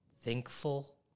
thankful